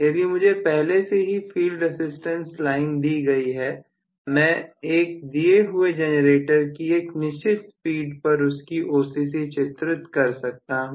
यदि मुझे पहले से ही फील्ड रसिस्टेंस लाइन दी गई है मैं एक दिए हुए जनरेटर की एक निश्चित स्पीड पर उसकी OCC चित्रित कर सकता हूं